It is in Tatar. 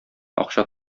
акча